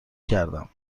کردم